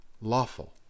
lawful